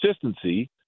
consistency